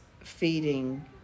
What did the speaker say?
feeding